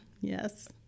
Yes